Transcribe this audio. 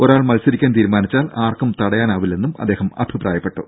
ഒരാൾ മത്സരിക്കാൻ തീരുമാനിച്ചാൽ ആർക്കും തടയാനാവില്ലെന്നും അദ്ദേഹം അഭിപ്രായപ്പെട്ടു